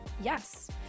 Yes